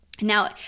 Now